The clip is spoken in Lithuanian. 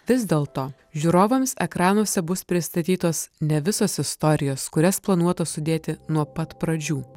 vis dėlto žiūrovams ekranuose bus pristatytos ne visos istorijos kurias planuota sudėti nuo pat pradžių